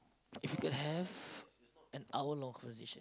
if you can have an hour long conversation